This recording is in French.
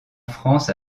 france